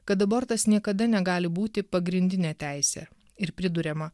kad abortas niekada negali būti pagrindinė teisė ir priduriama